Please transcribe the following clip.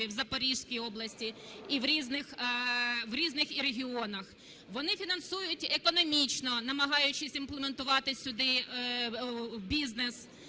в Запорізькій області і в різних регіонах. Вони фінансують економічно, намагаючись імплементувати сюди бізнес